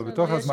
אבל בתוך הזמן,